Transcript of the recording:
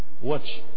Watch